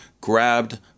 grabbed